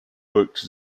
worked